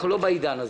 אנחנו לא בעידן הזה,